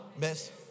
miss